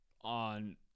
on